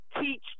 teach